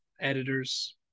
editors